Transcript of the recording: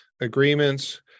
agreements